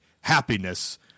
happiness